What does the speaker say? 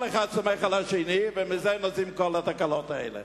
כל אחד סומך על השני, ומזה יוצאות כל התקלות האלה.